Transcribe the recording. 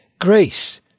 grace